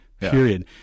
period